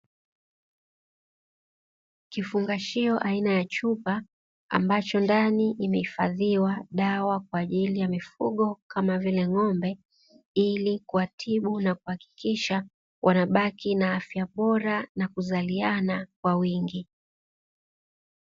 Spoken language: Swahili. Kifungashio aina ya chupa ambacho ndani imeifadhiwa dawa kwa ajili ya mifugo kama vile ng'ombe, ili kuwatibu na kuhakikisha wanabaki na afya bora na kuzaliana kwa wingi.